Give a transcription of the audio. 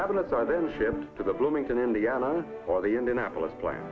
cabinets are then shipped to the bloomington indiana or the indianapolis plant